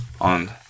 on